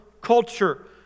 culture